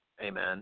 amen